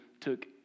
took